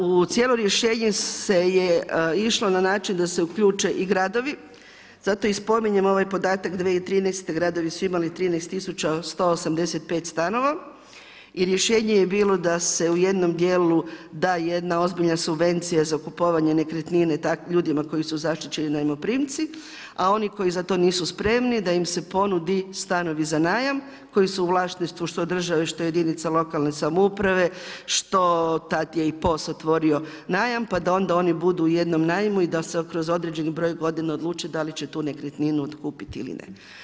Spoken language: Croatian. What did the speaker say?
U cijelo rješenje se je išlo na način da se uključe i gradovi, zato i spominjem ovaj podatak 2013. gradovi su imali 13185 stanova i rješenje je bilo da se u jednom dijelu da jedna ozbiljna subvencija za kupovanje nekretnine ljudima koji su zaštićeni najmoprimci, a oni koji za to nisu spremni da im se ponude stanovi za najam koji su u vlasništvu što države, što jedinica lokalne samouprave, što tada je POS otvorio najma pa da onda oni budu u jednom najmu i da se kroz određeni broj godina odluče da li će tu nekretninu otkupiti ili ne.